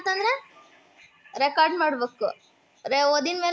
ಪಾವತಿ ಕೊನೆ ದಿನಾಂಕದ್ದು ಮುಂಗಡ ಸೂಚನಾ ಕೊಡ್ತೇರೇನು?